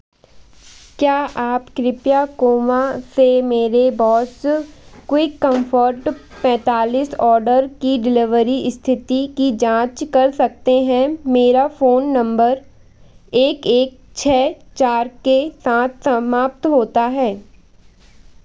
क्या आप कृपया कोमा से मेरे बौस क्विक कॉम्फोर्ट पैंतालिस औडर की डिलीवरी स्थिति की जाँच कर सकते हैं मेरा फ़ोन नंबर एक एक छः चार के साथ समाप्त होता है